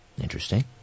Interesting